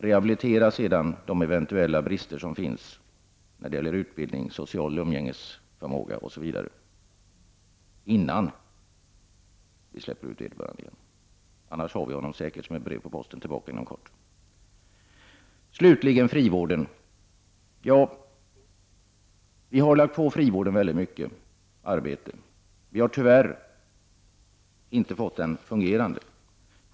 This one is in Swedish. Rehabilitera sedan när det gäller de eventuella brister som finns i fråga om utbildning, social umgängesförmåga osv., innan vi släpper ut vederbörande igen! Annars har vi honom säkert som ett brev på posten tillbaka inom kort. j Slutligen gäller det frivården. Vi har lagt mycket arbete på frivården, men vi har tyvärr inte fått den att fungera.